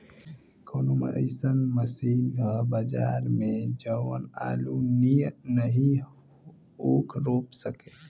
कवनो अइसन मशीन ह बजार में जवन आलू नियनही ऊख रोप सके?